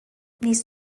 these